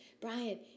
Brian